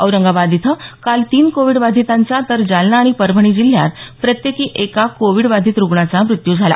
औरंगाबाद इथं काल तीन कोविड बाधितांचा तर जालना आणि परभणी जिल्ह्यात प्रत्येकी एका कोविडबाधिताचा मृत्यू झाला